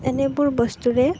এনেবোৰ বস্তুৰে